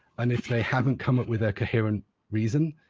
and if they haven't come up with a coherent reason